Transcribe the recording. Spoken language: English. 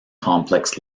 complex